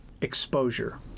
exposure